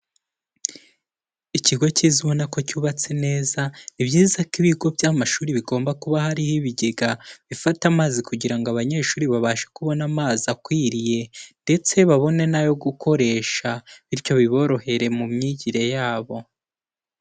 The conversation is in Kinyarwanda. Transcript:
Ikigo cyiza ubona ko cyubatse neza, ni ibyiza ko ibigo by'amashuri bigomba kuba hariho ibigega, bifata amazi kugira ngo abanyeshuri babashe kubona amazi akwiriye, ndetse babone n'ayo gukoresha bityo biborohere mu myigire yabo.